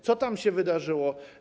Co tam się wydarzyło?